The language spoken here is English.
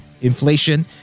inflation